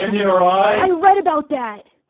your. i read about that.